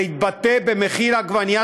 זה יתבטא במחיר העגבנייה,